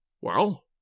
Well